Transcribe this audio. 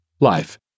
life